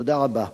תודה רבה.